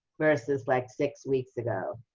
versus like six weeks ago,